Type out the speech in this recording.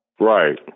Right